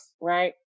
right